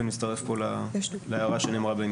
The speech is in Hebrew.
ואני מצטרף פה להערה שנאמרה בעניין.